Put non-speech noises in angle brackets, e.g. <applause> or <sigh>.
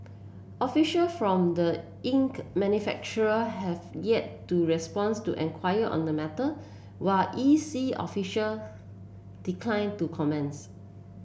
official from the ink manufacturer have yet to responds to enquiry on the matter while E C official <noise> declined to comments